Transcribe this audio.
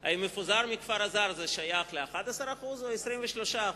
האם המפוזר מכפר אז"ר שייך ל-11% או ל-23%?